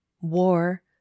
war